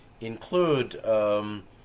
include